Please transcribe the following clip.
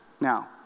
Now